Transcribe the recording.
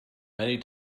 many